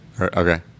Okay